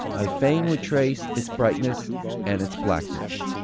i fain would trace its brightness and its blackness.